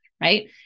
right